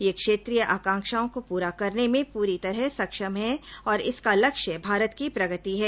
यह क्षेत्रीय आकांक्षाओं को पूरा करने में पूरी तरह सक्षम है और इसका लक्ष्य भारत की प्रगति है